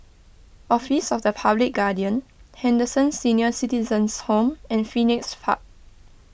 Office of the Public Guardian Henderson Senior Citizens' Home and Phoenix Park